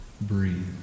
Breathe